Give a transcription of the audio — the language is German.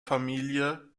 familie